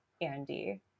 Andy